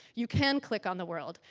you can click on the world.